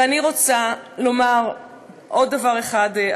ואני רוצה לומר עוד דבר אחד,